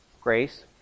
grace